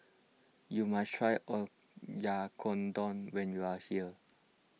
you must try Oyakodon when you are here